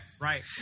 Right